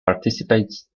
participates